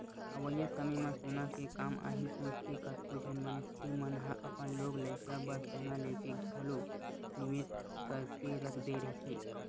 अवइया समे म सोना के काम आही सोचके कतको झन मनखे मन ह अपन लोग लइका बर सोना लेके घलो निवेस करके रख दे रहिथे